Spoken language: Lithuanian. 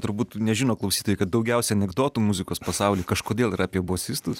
turbūt nežino klausytojai kad daugiausia anekdotų muzikos pasauly kažkodėl yra apie bosistus